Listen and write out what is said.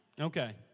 Okay